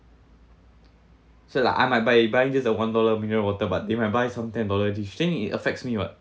so like I might buy buy just a one dollar mineral water but they might buy some ten dollars dish then it affects me what